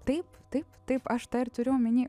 taip taip taip aš tą ir turiu omeny